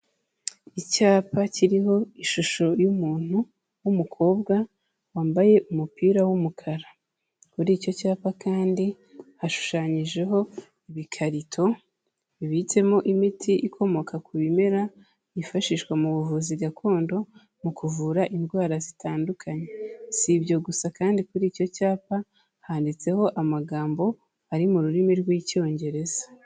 Icyapa kiriho ishusho y'umuntu w'umukobwa wambaye umupira w'umukara, kuri icyo cyapa kandi hashushanyijeho ibikarito, bibitsemo imiti ikomoka ku bimera, byifashishwa mu buvuzi gakondo, mu kuvura indwara zitandukanye, si ibyo gusa kandi kuri icyo cyapa handitseho amagambo ari mu rurimi rw'Icyongereza.